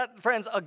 friends